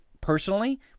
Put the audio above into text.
personally